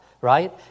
right